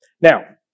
Now